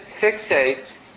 fixates